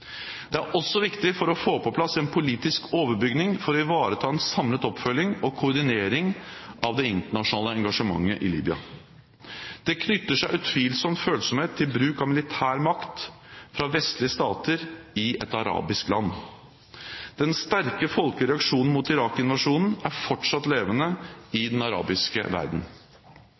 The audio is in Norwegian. Det er også viktig å få på plass en politisk overbygning for å ivareta en samlet oppfølging og koordinering av det internasjonale engasjementet i Libya. Det knytter seg utvilsomt følsomhet til bruk av militær makt fra vestlige stater i et arabisk land. Den sterke folkelige reaksjonen mot Irak-invasjonen er fortsatt levende i den arabiske verden.